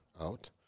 out